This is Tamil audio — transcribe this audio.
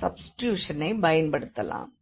சப்ஸ்டிடியூஷனைப் பயன்படுத்தலாம்